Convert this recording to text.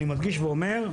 אני מדגיש ואומר,